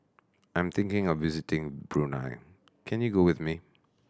I am thinking of visiting Brunei can you go with me